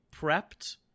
prepped